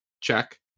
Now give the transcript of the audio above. check